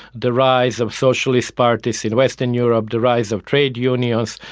the rise of socialist parties in western europe, the rise of trade unions,